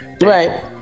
right